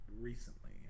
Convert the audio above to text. recently